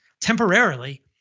temporarily